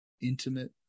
intimate